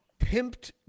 pimped